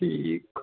ਠੀਕ